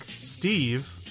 steve